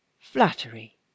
flattery